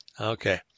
Okay